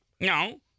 No